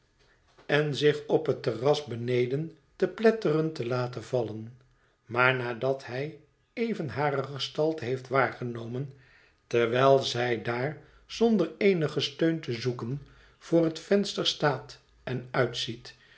en zich op het terras beneden te pletteren te laten vallen maar nadat hij even hare gestalte heeft waargenomen terwijl zij daar zonder eenigen steun te zoeken voor het venster staat en uitziet